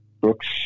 Brooks